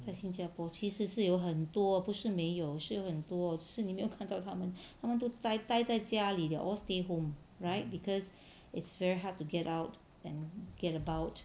在新加坡其实是有很多不是没有是有很多只是你没有看到他们他们都待待在家里 liao all stay home right because it's very hard to get out and get about